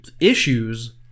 issues